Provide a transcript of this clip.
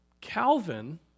Calvin